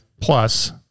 plus